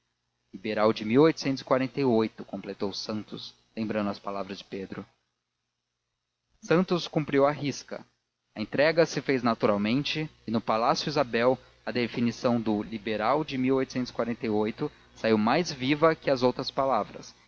ardente liberal de completou santos lembrando as palavras de pedro santos cumpriu à risca a entrega se fez naturalmente e no palácio isabel a definição do liberal de saiu mais viva que as outras palavras